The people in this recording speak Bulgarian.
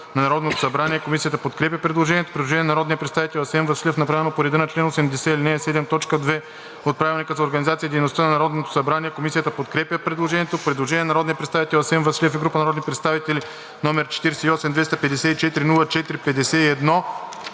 на Народното събрание. Комисията подкрепя предложението. Предложение на народния представител Асен Василев, направено по реда на чл. 80, ал. 7, т. 2 от Правилника за организацията и дейността на Народното събрание. Комисията подкрепя предложението. Предложение на народния представител Асен Василев и група народни представители, № 48-254-04-51,